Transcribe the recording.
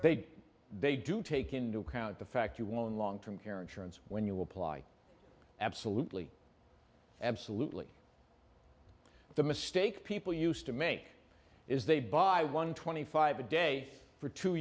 they they do take into account the fact you won't long term care insurance when you apply absolutely absolutely the mistake people used to make is they buy one twenty five a day for two